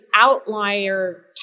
Outlier